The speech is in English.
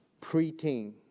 preteen